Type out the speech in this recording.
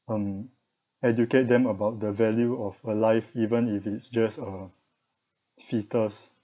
um educate them about the value of a life even if it's just a foetus